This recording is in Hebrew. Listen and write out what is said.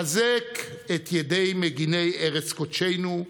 חזק את ידי מגיני ארץ קודשנו,